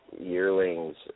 yearlings